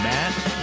Matt